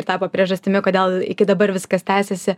ir tapo priežastimi kodėl iki dabar viskas tęsiasi